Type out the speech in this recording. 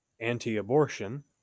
anti-abortion